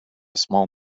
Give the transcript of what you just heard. small